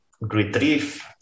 retrieve